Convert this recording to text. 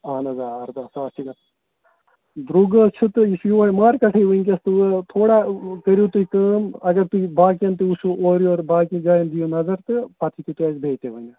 اَہَن حظ آ اَرداہ ساس چھِ گژھان درٛۅگ حظ چھِ تہٕ یہِ چھُ یوٚہَے مارکیٹٕے وُنکٮ۪س تہٕ تھوڑا کٔرِو تُہۍ کٲم اگر تُہۍ باقیَن تہِ وُچھِو اورٕ یورٕ باقیَن جایَن دِیِو نَظر تہٕ پَتہٕ ہیٚکِو تُہۍ اَسہِ بیٚیہِ تہِ ؤنِتھ